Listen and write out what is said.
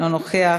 אינו נוכח,